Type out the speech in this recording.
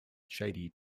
shady